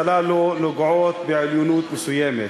אני חושב שהספקולציות הללו נגועות בעליונות מסוימת,